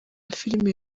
filime